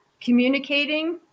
communicating